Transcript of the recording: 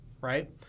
right